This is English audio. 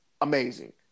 amazing